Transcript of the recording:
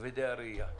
כבדי הראייה.